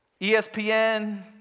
ESPN